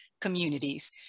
communities